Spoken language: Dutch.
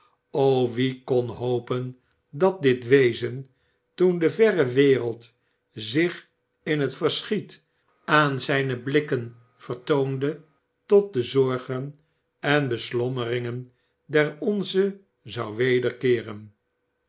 wie kon hopen dat dit wezen toen de verre wereld zich in het verschiet aan zijne blikken vertoonde tot de zorgen en beslommeringen der onze zou